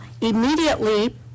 immediately